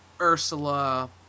Ursula